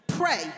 Pray